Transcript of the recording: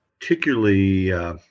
particularly